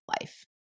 Life